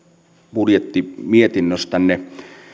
budjettimietinnöstänne